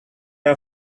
are